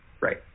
right